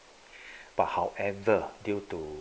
but however due to